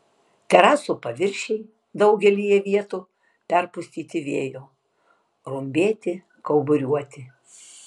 terasų paviršiai daugelyje vietų perpustyti vėjo rumbėti kauburiuoti